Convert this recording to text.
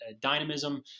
dynamism